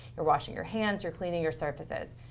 you're washing your hands. you're cleaning your surfaces.